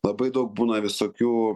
labai daug būna visokių